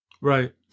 Right